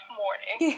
morning